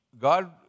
God